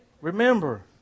Remember